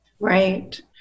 Right